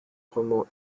roman